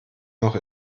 noch